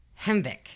Hemvik